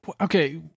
okay